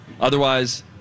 Otherwise